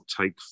take